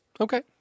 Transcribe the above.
Okay